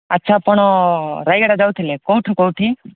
ଆଚ୍ଛା ଆପଣ ରାୟଗଡ଼ା ଯାଉଥିଲେ କୋଉଠୁ କୋଉଠି